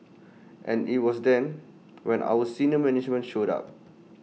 and IT was then when our senior management showed up